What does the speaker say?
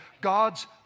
God's